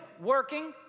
Working